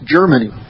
Germany